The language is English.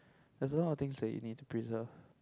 there's a lot of things that you need to preserve